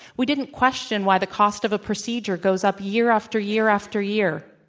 we didn't question why the cost of a procedure goes up year after year after year.